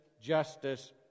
justice